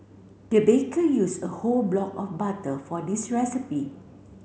the baker used a whole block of butter for this recipe